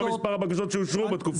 ומה מספר הבקשות שאושרו בתקופה האחרונה.